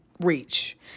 reach